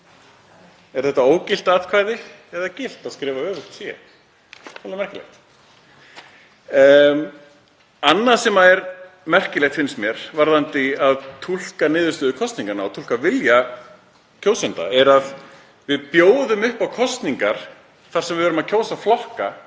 Er það ógilt atkvæði eða gilt að skrifa öfugt C? Þetta var dálítið merkilegt. Annað sem er merkilegt, finnst mér, varðandi að túlka niðurstöðu kosninga og túlka vilja kjósenda er að við bjóðum upp á kosningar þar sem við erum að kjósa flokka